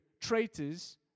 traitors